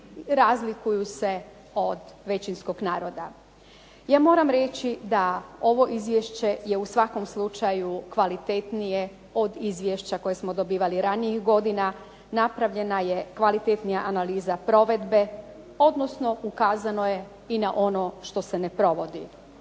razlikuju se od većinskog naroda. Ja moram reći da ovo izvješće je u svakom slučaju kvalitetnije od izvješća koje smo dobivali ranijih godina. Napravljena je kvalitetnija analiza provedbe, odnosno ukazano je i na ono što se ne provodi.